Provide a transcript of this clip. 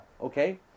okay